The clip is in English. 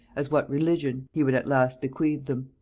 as what religion, he would at last bequeath them.